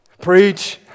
preach